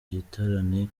giterane